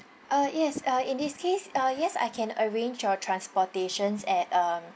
uh yes uh in this case uh yes I can arrange your transportations at um